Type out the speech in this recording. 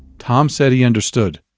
tom said he understood.